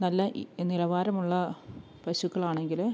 നല്ല ഇ നിലവാരമുള്ള പശുക്കളാണെങ്കിൽ